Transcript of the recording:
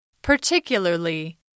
Particularly